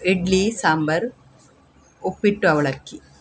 ಇಡ್ಲಿ ಸಾಂಬಾರ್ ಉಪ್ಪಿಟ್ಟು ಅವಲಕ್ಕಿ